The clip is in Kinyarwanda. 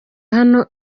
hano